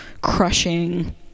crushing